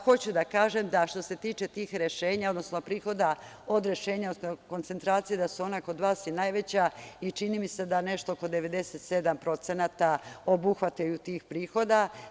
Hoću da kažem da što se tiče tih rešenja, odnosno prihoda od rešenja o koncentraciji, da su ona kod vas i najveća i čini mi se da nešto oko 97% obuhvataju tih prihoda.